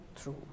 true